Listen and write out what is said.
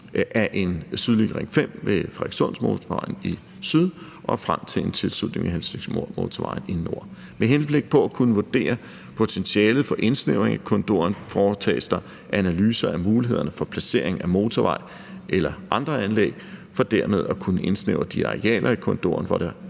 af en sydlig Ring 5 ved Frederikssundsmotorvejen i syd og frem til en tilslutning til Helsingørmotorvejen i nord. Med henblik på at kunne vurdere potentialet for indsnævring af korridoren foretages der analyser af mulighederne for placering af motorvej eller andre anlæg for dermed at kunne indsnævre de arealer i korridoren, hvor det